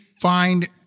find